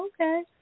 okay